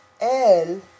El